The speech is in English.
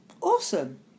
Awesome